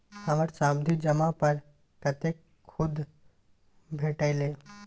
हमर सावधि जमा पर कतेक सूद भेटलै?